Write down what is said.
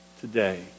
today